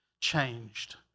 changed